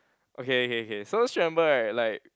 okay okay okay so she remember right like